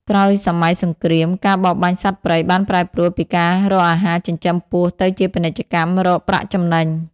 ក្រោយសម័យសង្គ្រាម ការបរបាញ់សត្វព្រៃបានប្រែប្រួលពីការរកអាហារចិញ្ចឹមពោះ ទៅជាពាណិជ្ជកម្មរកប្រាក់ចំណេញ។